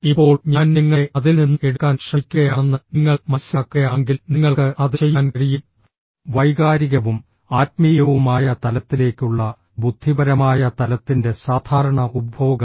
ഇപ്പോൾ ഞാൻ നിങ്ങളെ അതിൽ നിന്ന് എടുക്കാൻ ശ്രമിക്കുകയാണെന്ന് നിങ്ങൾ മനസ്സിലാക്കുകയാണെങ്കിൽ നിങ്ങൾക്ക് അത് ചെയ്യാൻ കഴിയും വൈകാരികവും ആത്മീയവുമായ തലത്തിലേക്കുള്ള ബുദ്ധിപരമായ തലത്തിന്റെ സാധാരണ ഉപഭോഗം